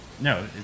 No